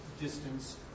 distance